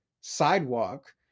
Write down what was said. sidewalk